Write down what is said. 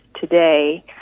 today